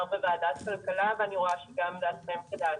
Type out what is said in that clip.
בוועדת הכלכלה ואני רואה שגם דעתכם כדעתי.